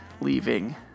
leaving